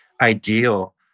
ideal